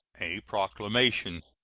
a proclamation.